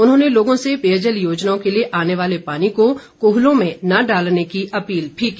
उन्होंने लोगों से पेयजल योजनाओं के लिए आने वाले पानी को कूहलों में न डालने की अपील भी की